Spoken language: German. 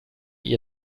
ihr